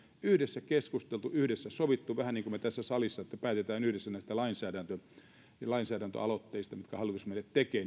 yhdessä keskusteltu yhdessä sovittu vähän niin kuin me tässä salissa että päätämme yhdessä näistä lainsäädäntöaloitteista mitkä hallitus meille tekee